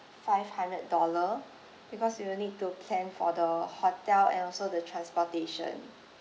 five hundred dollar because you will need to plan for the hotel and also the transportation